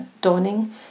Dawning